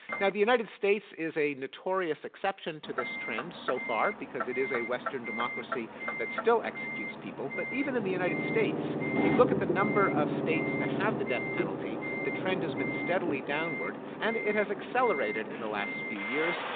now the united states is a notorious exception to this trend so far because it is a western democracy that still executes people. but even in the united states, if you look at the number of states that have the death penalty the trend has been steadily downward, and it has accelerated in the last few years.